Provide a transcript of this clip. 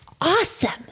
awesome